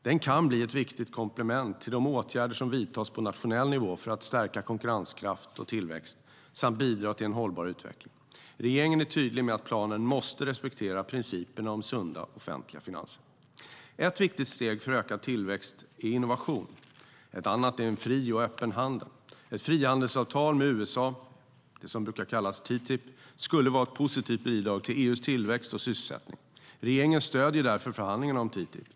Den kan bli ett viktigt komplement till de åtgärder som vidtas på nationell nivå för att stärka konkurrenskraft och tillväxt och kan bidra till en hållbar utveckling. Regeringen är tydlig med att planen måste respektera principerna om sunda offentliga finanser. Ett viktigt steg för ökad tillväxt är innovation. Ett annat är en fri och öppen handel. Ett frihandelsavtal med USA - som brukar kallas TTIP - skulle vara ett positivt bidrag till EU:s tillväxt och sysselsättning. Regeringen stöder därför förhandlingarna om TTIP.